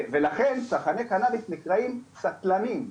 ולכן צרכני קנאביס נקראים סטלנים,